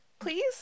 Please